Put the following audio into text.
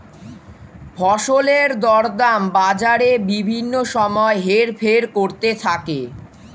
ফসলের দরদাম বাজারে বিভিন্ন সময় হেরফের করতে থাকে